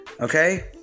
Okay